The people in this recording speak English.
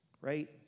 right